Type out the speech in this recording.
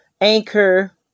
Anchor